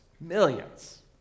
Millions